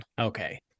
Okay